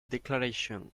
declaration